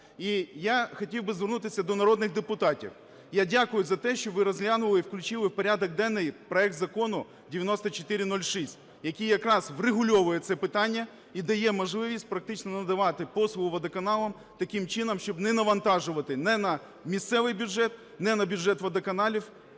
І я хотів би звернутися до народних депутатів. Я дякую за те, що ви розглянули і включили у порядок денний проект Закону 9406, який якраз врегульовує це питання і дає можливість практично надавати послугу водоканалам таким чином, щоб не навантажувати ні на місцевий бюджет, ні на бюджет водоканалів